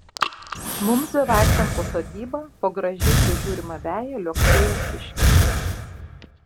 mums bevaikštant po sodybą po gražiai prižiūrimą veją liuoksėjo kiškis